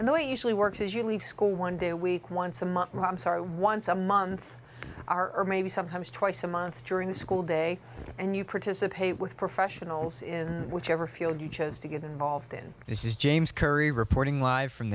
and the it usually works is you leave school one day a week once a month i'm sorry once a month are maybe sometimes twice a month during the school day and you participate with professionals in whichever field you chose to get involved in this is james curry reporting live from